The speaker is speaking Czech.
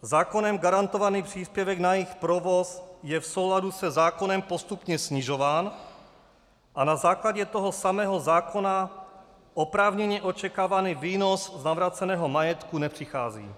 Zákonem garantovaný příspěvek na jejich provoz je v souladu se zákonem postupně snižován a na základě toho samého zákona oprávněně očekávaný výnos z navráceného majetku nepřichází.